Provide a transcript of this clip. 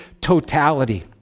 totality